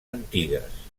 antigues